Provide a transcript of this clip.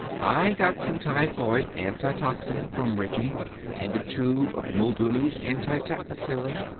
i got some typhoid anti-toxin from ridgeon and a tube of muldooley's anti-tetanus serum.